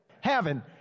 heaven